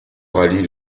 rallye